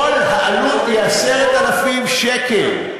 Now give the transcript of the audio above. כל העלות היא 10,000 שקל.